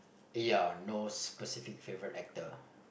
ya no specific favourite actor